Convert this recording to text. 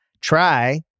Try